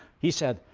he said.